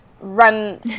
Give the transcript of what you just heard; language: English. run